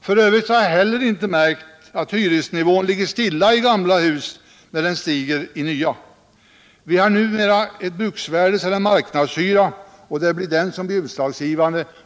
F. ö. har jag inte märkt att hyresnivån ligger stilla i gamla hus när den stiger i nya. Vi har numera en bruksvärdes eller marknadshyra, och det blir den som blir utslagsgivande.